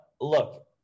look